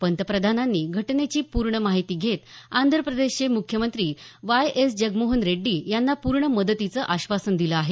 पंतप्रधानांनी घटनेची पूर्ण माहिती घेत आंध्रप्रदेशचे मुख्यमंत्री वाय एस जगनमोहन रेड्डी यांना पूर्ण मदतीचं आश्वासन दिलं आहे